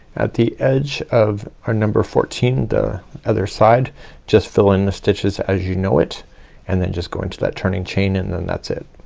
at the edge of ah, number fourteen the other side just fill in the stitches as you know it and then just go into that turning chain and then that's it.